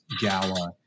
Gala